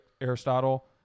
Aristotle